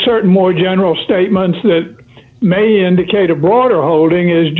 certain more general statements that may indicate a broader holding is